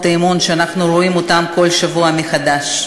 האי-אמון שאנחנו רואים כל שבוע מחדש.